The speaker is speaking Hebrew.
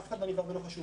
אף אחד לא נבער ולא חשוך.